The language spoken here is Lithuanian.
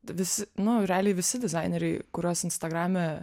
vis nu realiai visi dizaineriai kurios instagrame